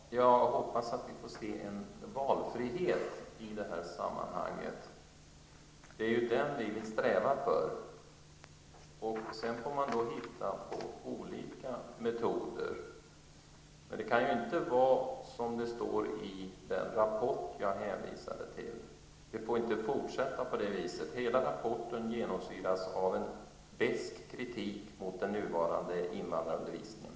Herr talman! Jag hoppas att vi i detta sammanhang får se en valfrihet. Det är valfrihet som vi strävar efter. Sedan får man finna olika metoder. Det får inte fortsätta på det sätt som beskrivs i den rapport som jag hänvisade till. Hela rapporten genomsyras av en besk kritik mot den nuvarande invandrarministern.